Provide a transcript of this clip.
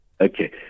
okay